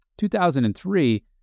2003